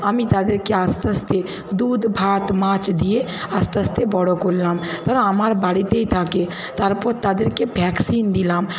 আমি তাদেরকে আস্তে আস্তে দুধ ভাত মাছ দিয়ে আস্তে আস্তে বড়ো করলাম তারা আমার বাড়িতেই থাকে তারপর তাদেরকে ভ্যাকসিন দিলাম